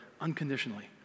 unconditionally